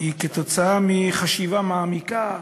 היא תוצאה של חשיבה מעמיקה,